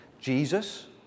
Jesus